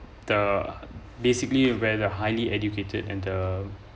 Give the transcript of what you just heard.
the basically where the highly educated and the